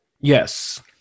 Yes